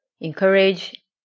encourage